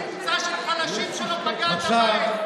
אין קבוצה של חלשים שלא פגעתם בהם.